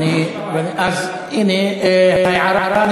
אדוני היושב-ראש,